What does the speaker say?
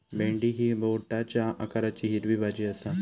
भेंडी ही बोटाच्या आकाराची हिरवी भाजी आसा